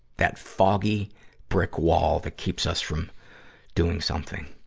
that foggy brick wall that keeps us from doing something.